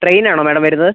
train ആണോ madam വരുന്നത്